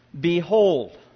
Behold